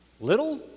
little